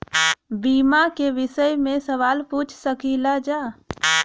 बीमा के विषय मे सवाल पूछ सकीलाजा?